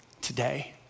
today